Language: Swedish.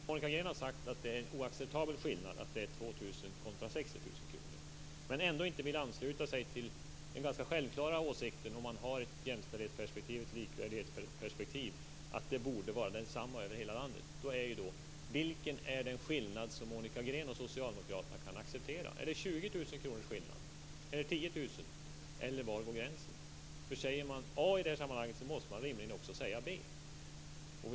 Fru talman! Monica Green har sagt att skillnaden - kostnader mellan 2 000 kr och 60 000 kr - är oacceptabel. Men ändå vill hon inte ansluta sig till den om man har ett jämställdhetsperspektiv och ett likvärdighetsperspektiv ganska självklara åsikten att kostnaden borde vara densamma över hela landet. Vilken är då den skillnad som Monica Green och socialdemokraterna kan acceptera? Är det 20 000 kronors skillnad? Är det 10 000 kronors skillnad, eller var går gränsen? Säger man a i detta sammanhang måste man rimligen också säga b.